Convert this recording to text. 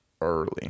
early